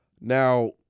now